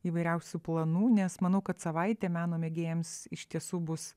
įvairiausių planų nes manau kad savaitė meno mėgėjams iš tiesų bus